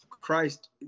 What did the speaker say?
Christ